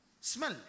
Smell